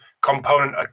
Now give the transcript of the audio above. Component